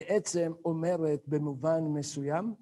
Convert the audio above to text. בעצם אומרת במובן מסוים